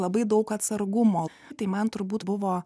labai daug atsargumo tai man turbūt buvo